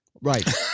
Right